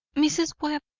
mrs. webb,